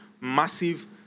massive